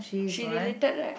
she related right